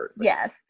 Yes